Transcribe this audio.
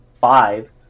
five